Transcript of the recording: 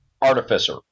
artificer